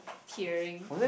tearing